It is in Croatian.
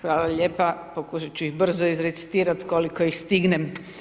Hvala lijepa, pokušat ću brzo izrecitirati koliko ih stignem.